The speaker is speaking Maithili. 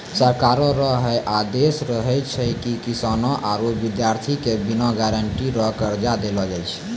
सरकारो रो है आदेस रहै छै की किसानो आरू बिद्यार्ति के बिना गारंटी रो कर्जा देलो जाय छै